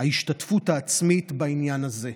ההשתתפות העצמית בעניין הזה.